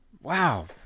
Wow